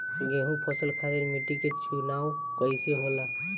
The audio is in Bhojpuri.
गेंहू फसल खातिर मिट्टी के चुनाव कईसे होला?